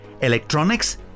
electronics